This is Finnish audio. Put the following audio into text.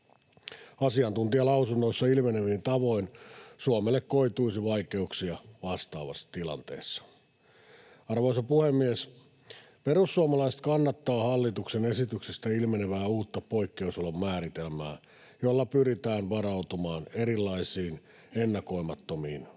Asiantuntijalausunnoissa ilmenevin tavoin Suomelle koituisi vaikeuksia vastaavassa tilanteessa. Arvoisa puhemies! Perussuomalaiset kannattaa hallituksen esityksestä ilmenevää uutta poikkeusolon määritelmää, jolla pyritään varautumaan erilaisiin ennakoimattomiin